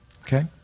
Okay